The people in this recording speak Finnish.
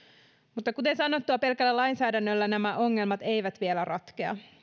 mutta kuten sanottua pelkällä lainsäädännöllä nämä ongelmat eivät vielä ratkea